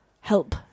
Help